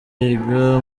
yiga